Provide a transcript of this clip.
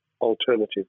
alternative